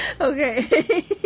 Okay